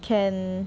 can